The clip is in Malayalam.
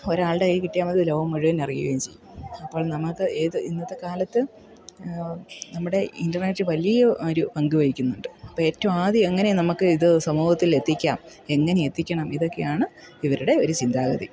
ഒരാളുടെ കയ്യിൽ കിട്ടിയാൽമതി ലോകം മുഴുവൻ അറിയുകയും ചെയ്യും അപ്പോൾ നമുക്ക് ഏത് ഇന്നത്തെക്കാലത്ത് നമ്മുടെ ഇൻറ്റർനെറ്റ് വലിയ ഒരു പങ്കു വഹിക്കുന്നുണ്ട് അപ്പോൾ ഏറ്റവും ആദ്യം എങ്ങനെയാണ് നമുക്ക് ഇത് സമൂഹത്തിലെത്തിക്കാം എങ്ങനെ എത്തിക്കണം ഇതൊക്കെയാണ് ഇവരുടെ ഒരു ചിന്താഗതി